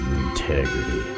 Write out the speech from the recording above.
Integrity